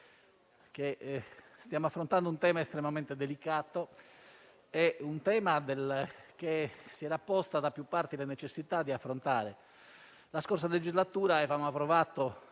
stiamo affrontando un tema estremamente delicato, che si era posta da più parti la necessità di affrontare. Nella scorsa legislatura abbiamo approvato